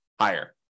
higher